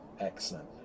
Excellent